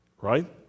right